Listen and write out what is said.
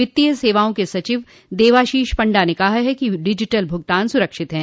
वित्तीय सेवाओं के सचिव देबाशीष पंडा ने कहा है कि डिजिटल भुगतान सुरक्षित हैं